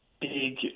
big